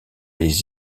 les